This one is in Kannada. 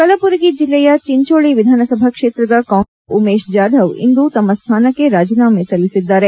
ಕಲಬುರ್ಗಿ ಜಿಲ್ಲೆಯ ಚೆಂಚೋಳಿ ವಿಧಾನ ಸಭಾ ಕ್ಷೇತ್ರದ ಕಾಂಗ್ರೆಸ್ ಶಾಸಕ ಉಮೇಶ್ ಜಾದವ್ ಇಂದು ತನ್ನ ಸ್ಥಾನಕ್ಕೆ ರಾಜೀನಾಮೆ ಸಲ್ಲಿಸಿದ್ದಾರೆ